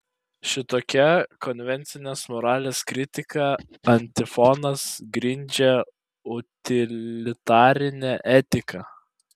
šitokia konvencinės moralės kritika antifonas grindžia utilitarinę etiką